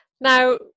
Now